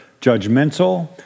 judgmental